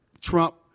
Trump